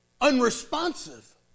unresponsive